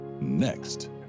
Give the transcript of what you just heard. Next